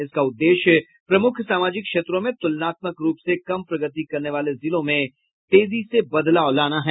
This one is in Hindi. इसका उद्देश्य प्रमूख सामाजिक क्षेत्रों में तुलनात्मक रूप से कम प्रगति करने वाले जिलों में तेजी से बदलाव लाना है